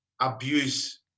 abuse